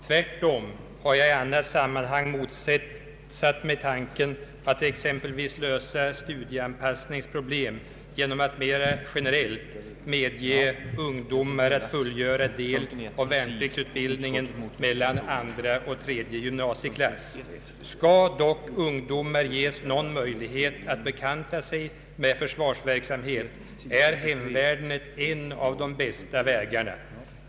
Tvärtom har jag i annat sammanhang motsatt mig tanken att exempelvis lösa studieanpassningsproblem genom att mera generellt medge ung Skall dock ungdomar ges någon möjlighet att bekanta sig med försvarsverksamhet, är hemvärnet en av de bästa vägarna.